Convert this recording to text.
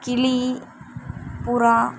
கிளி புறா